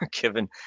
given